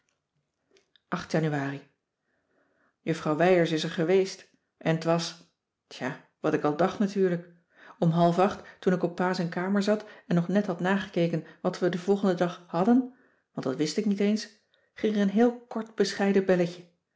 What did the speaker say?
januari juffrouw wijers is er geweest en t was ja wat ik al dacht natuurlijk om half acht toen ik op pa z'n kamer zat en nog net had nagekeken wat we den volgenden dag hadden want dat wist ik niet eens ging er een heel kort bescheiden belletje